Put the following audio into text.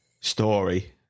story